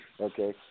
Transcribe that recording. Okay